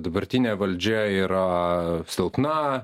dabartinė valdžia yra silpna